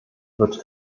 wird